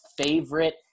favorite